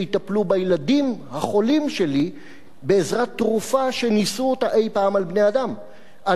בילדים החולים שלי בעזרת תרופה שניסו אותה אי-פעם על בעלי-חיים,